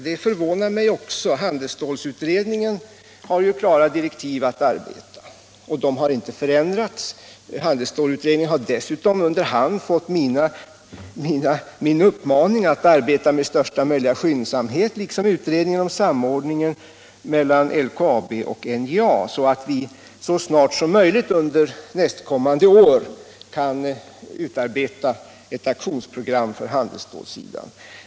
Det förvånar mig också. Handelsstålutredningen har klara di — säkra sysselsättrektiv, och de har inte förändrats. Utredningen har dessutom under hand = ningen inom fått min uppmaning att arbeta med största möjliga skyndsamhet, liksom järn och stålinduutredningen om samordning mellan LKAB och NJA, så att vi så snart — strin, m.m. som möjligt nästkommande år kan utarbeta ett aktionsprogram för handelsstålsidan.